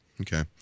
Okay